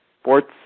sports